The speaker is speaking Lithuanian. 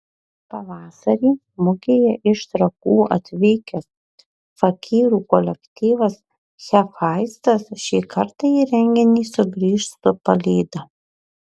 pavasarį mugėje iš trakų atvykęs fakyrų kolektyvas hefaistas šį kartą į renginį sugrįš su palyda